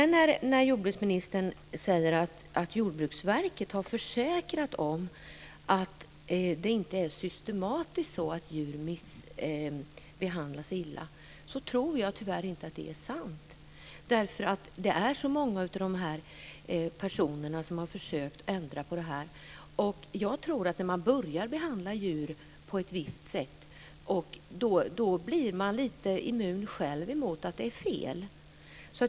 När jordbruksministern säger att Jordbruksverket har försäkrat att djur inte systematiskt behandlas illa, tror jag tyvärr inte att det är sant, därför att det är så många av de här personerna som har försökt ändra på detta. När man börjar behandla djur på ett visst sätt blir man lite immun själv mot att det är fel.